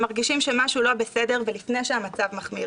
מרגישים שמשהו לא בסדר ולפני שהמצב מחמיר,